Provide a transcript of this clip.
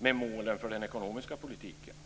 med målen för den ekonomiska politiken.